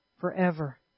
forever